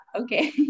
okay